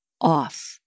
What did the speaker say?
off